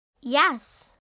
Yes